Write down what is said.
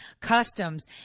Customs